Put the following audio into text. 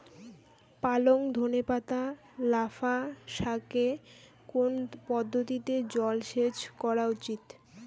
পালং ধনে পাতা লাফা শাকে কোন পদ্ধতিতে জল সেচ করা উচিৎ?